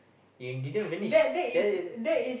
you didn't vanish that that